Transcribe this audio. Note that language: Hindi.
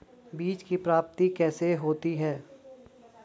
बीज की प्राप्ति कैसे होती है?